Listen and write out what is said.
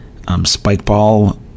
Spikeball